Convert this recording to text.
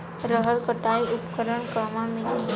रहर कटाई उपकरण कहवा मिली?